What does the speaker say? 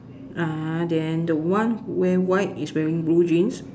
uh then the one who wear white is wearing blue jeans